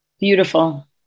beautiful